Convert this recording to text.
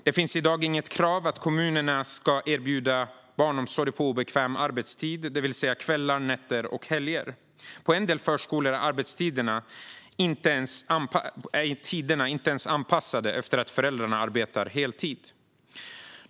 Det finns i dag inget krav på kommunerna att erbjuda barnomsorg på obekväm arbetstid, det vill säga kvällar, nätter och helger. På en del förskolor är arbetstiderna inte ens anpassade efter att föräldrarna arbetar heltid.